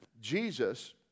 Jesus